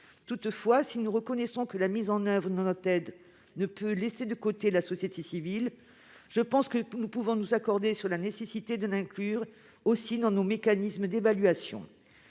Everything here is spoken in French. Toutefois, si nous reconnaissons que la mise en oeuvre ou notre aide ne peut laisser de côté la société civile, je pense que nous pouvons nous accorder sur la nécessité de l'inclure aussi dans nos mécanismes d'évaluation.